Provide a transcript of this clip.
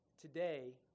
today